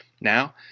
Now